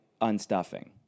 unstuffing